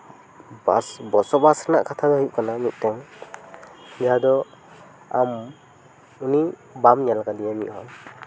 ᱵᱟᱥ ᱵᱚᱥᱚᱵᱟᱥ ᱨᱮᱱᱟᱜ ᱠᱟᱛᱷᱟ ᱫᱚ ᱦᱩᱭᱩᱜ ᱠᱟᱱᱟ ᱡᱟᱦᱟᱸ ᱫᱚ ᱟᱢ ᱩᱱᱤ ᱵᱟᱢ ᱧᱮᱞ ᱠᱟᱫᱮᱭᱟ ᱢᱤᱫ ᱦᱚᱲ